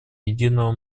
единого